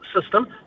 system